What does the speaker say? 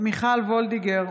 מיכל וולדיגר,